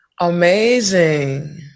Amazing